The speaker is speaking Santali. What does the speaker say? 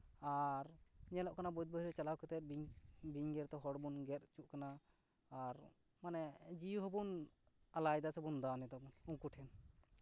ᱟᱨ ᱧᱮᱞᱚᱜ ᱠᱟᱱᱟ ᱵᱟᱹᱫ ᱵᱟᱹᱭᱦᱟᱹᱲ ᱪᱟᱞᱟᱣ ᱠᱟᱛᱮᱫ ᱵᱤᱧ ᱵᱤᱧ ᱜᱮᱨ ᱛᱮ ᱦᱚᱲ ᱵᱚᱱ ᱜᱮᱨ ᱦᱚᱪᱚᱜ ᱠᱟᱱᱟ ᱟᱨ ᱢᱟᱱᱮ ᱡᱤᱣᱤ ᱦᱚᱸᱵᱚᱱ ᱟᱞᱟ ᱭᱫᱟᱵᱚᱱ ᱥᱮᱵᱚᱱ ᱫᱟᱱ ᱫᱟᱵᱚᱱ ᱩᱱᱠᱩ ᱴᱷᱮᱱ